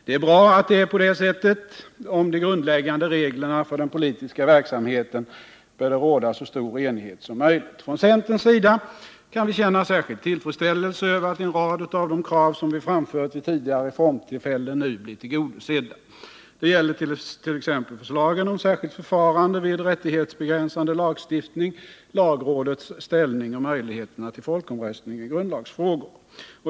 Det är bra att det är på det sättet. Om de grundläg gande reglerna för den politiska verksamheten bör det råda så stor enighet som möjligt. Från centerns sida kan vi känna särskild tillfredsställelse över att en rad av de krav som vi framfört vid tidigare reformtillfällen nu blir tillgodosedda. Det gäller t.ex. förslagen om särskilt förfarande vid rättighetsbegränsande lagstiftning, lagrådets ställning och möjligheterna till folkomröstning i grundlagsfrågor.